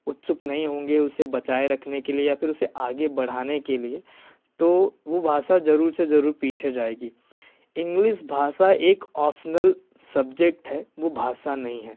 उत्सुक नहीं होंगे उसे बचाए रखने के लिए या फ़िर उसे आगे बढ़ाने के लिए तो वह भाषा ज़रूर से ज़रूर पीछे जाएगी इंग्लिश भाषा एक ऑप्शनल सब्जेक्ट है वह भाषा नहीं है